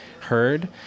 heard